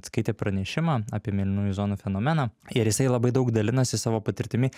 tskaitė pranešimą apie mėlynųjų zonų fenomeną ir jisai labai daug dalinasi savo patirtimi